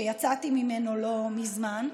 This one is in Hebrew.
שיצאתי ממנו לא מזמן,